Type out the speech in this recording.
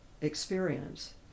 experience